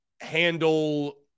handle